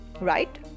right